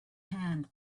hand